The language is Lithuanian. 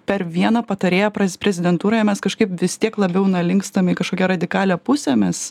per vieną patarėją praz prezidentūroje mes kažkaip vis tiek labiau linkstam į kažkokią radikalią pusę mes